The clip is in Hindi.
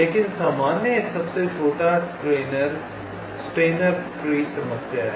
लेकिन सामान्य सबसे छोटा स्टेनर पेड़ समस्या है